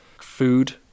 Food